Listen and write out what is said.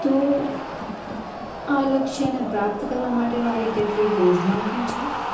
તો આ લક્ષ્યને પ્રાપ્ત કરવા માટે મારે કેટલીક યોજનાઓ પણ છે